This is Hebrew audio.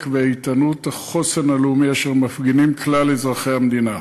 והאיתנות והחוסן הלאומי אשר מפגינים כלל אזרחי המדינה.